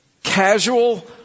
casual